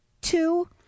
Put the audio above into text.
Two